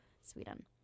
Sweden